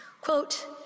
quote